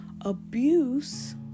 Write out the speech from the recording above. abuse